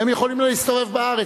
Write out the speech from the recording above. והם יכולים להסתובב בארץ.